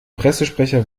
pressesprecher